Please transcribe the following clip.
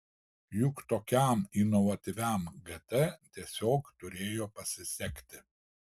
juk tokiam inovatyviam gt tiesiog turėjo pasisekti